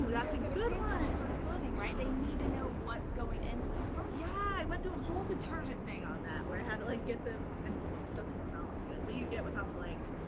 that's a good good one. for clothing, right, they need to know what's going into those products. yeah, i went through a whole detergent thing on that, where i had to like get the, and doesn't smell as good, but you get without the like,